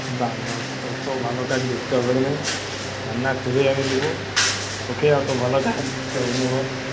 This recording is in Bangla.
না না তত ভালো কাজ করতে হবে না রান্না করে আমি নেবো তোকে অত ভালো কাজ করতে হবে না বাবা